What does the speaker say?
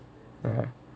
uh